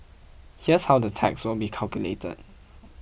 here's how the tax will be calculated